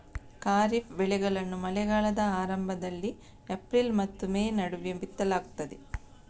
ಖಾರಿಫ್ ಬೆಳೆಗಳನ್ನು ಮಳೆಗಾಲದ ಆರಂಭದಲ್ಲಿ ಏಪ್ರಿಲ್ ಮತ್ತು ಮೇ ನಡುವೆ ಬಿತ್ತಲಾಗ್ತದೆ